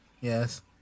Yes